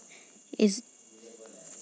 NBFC లో savings ఉంటయా?